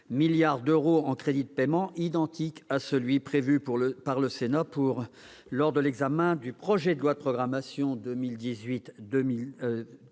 milliards d'euros en crédits de paiement, identique à celui qui a été prévu par le Sénat lors de l'examen du projet de loi de programmation 2018-2022